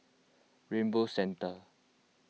Rainbow Centre